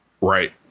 Right